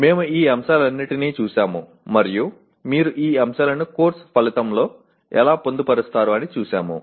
మేము ఈ అంశాలన్నింటినీ చూశాము మరియు మీరు ఈ అంశాలను కోర్సు ఫలితంలో ఎలా పొందుపరుస్తారు అని చూశాము